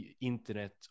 internet